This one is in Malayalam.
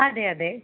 അതെ അതെ